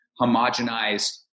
homogenized